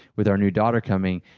with our new daughter coming.